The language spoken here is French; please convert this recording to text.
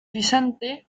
vicente